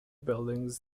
buildings